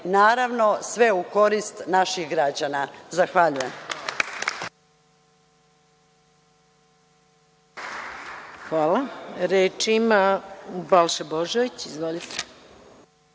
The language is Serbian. naravno sve u korist naših građana. Zahvaljujem.